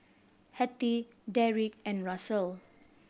Hattie Deric and Russel